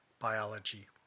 biology